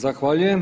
Zahvaljujem.